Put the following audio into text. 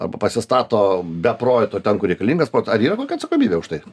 arba pasistato be projekto ten kur reikalingas ar yra kokia atsakomybė už tai